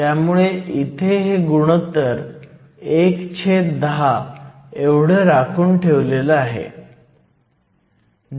त्यामुळे इथे हे गुणोत्तर 110 एवढं राखून ठेवलं आहे